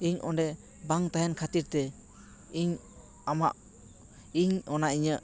ᱤᱧ ᱚᱸᱰᱮ ᱵᱟᱝ ᱛᱟᱦᱮᱱ ᱠᱷᱟᱹᱛᱤᱨ ᱛᱮ ᱤᱧ ᱟᱢᱟᱜ ᱤᱧ ᱚᱱᱟ ᱤᱧᱟᱹᱜ